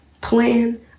plan